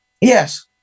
Yes